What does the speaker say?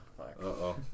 Uh-oh